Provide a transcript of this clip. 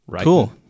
cool